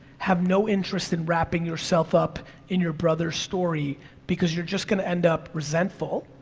have no interest in wrapping yourself up in your brother's story because you're just gonna end up resentful,